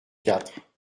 quatre